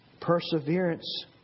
Perseverance